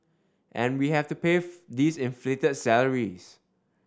and we have to pay these inflated salaries